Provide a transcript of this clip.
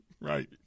right